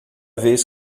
vez